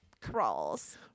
crawls